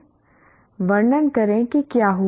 वर्णन करें कि क्या हुआ